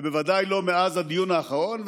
ובוודאי לא מאז הדיון האחרון.